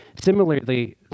Similarly